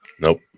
Nope